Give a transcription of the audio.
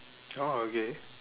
oh okay